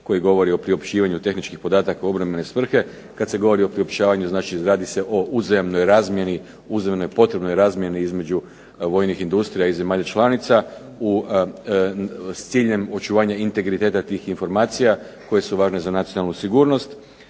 koji govori o priopćivanju tehničkih podataka u obrambene svrhe. Kad se govori o priopćavanju znači radi se o uzajamnoj razmjeni, uzajamnoj potrebnoj razmjeni između vojnih industrija i zemalja članica s ciljem očuvanja integriteta tih informacija koje su važne za nacionalnu sigurnost.